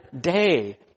day